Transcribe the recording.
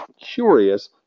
curious